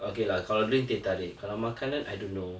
okay lah kalau drink teh tarik kalau makanan I don't know